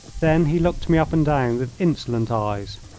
then he looked me up and down with insolent eyes.